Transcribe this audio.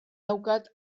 daukat